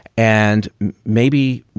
and maybe,